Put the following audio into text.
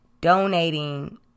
donating